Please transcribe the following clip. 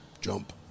jump